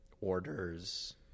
orders